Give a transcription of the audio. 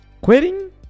Quitting